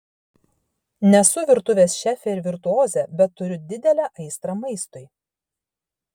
nesu virtuvės šefė ir virtuozė bet turiu didelę aistrą maistui